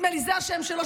נדמה לי שזה השם שלו,